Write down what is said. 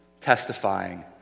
testifying